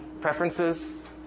preferences